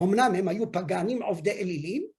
אמנם הם היו פגענים עובדי אלילים.